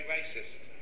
racist